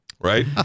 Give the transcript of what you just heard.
right